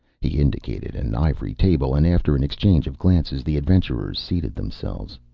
he indicated an ivory table, and after an exchange of glances, the adventurers seated themselves.